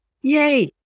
Yay